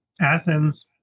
Athens